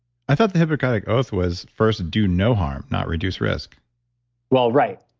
i thought the hippocratic oath was first do no harm, not reduce risk well, right.